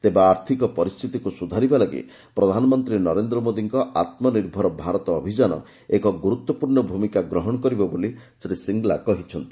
ତେବେ ଆର୍ଥିକ ପରିସ୍ଥିତିକୁ ସୁଧାରିବା ଲାଗି ପ୍ରଧାନମନ୍ତ୍ରୀ ନରେନ୍ଦ୍ର ମୋଦୀଙ୍କ ଆତ୍ମନିର୍ଭର ଭାରତ ଅଭିଯାନ ଏକ ଗୁରୁତ୍ୱପୂର୍ଣ୍ଣ ଭୂମିକା ଗ୍ରହଣ କରିବ ବୋଲି ଶ୍ରୀ ଶ୍ରୀଙ୍ଗଲା କହିଚ୍ଛନ୍ତି